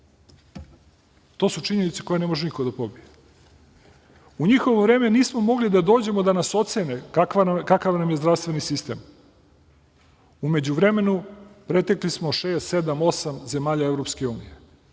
To su činjenice koje ne može niko da pobije.U njihovo vreme nismo mogli da dođemo da nas ocene kakav nam je zdravstveni sistem. U međuvremenu pretekli smo šest, sedam, osam